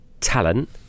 talent